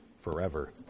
forever